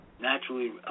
naturally